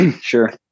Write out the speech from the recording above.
Sure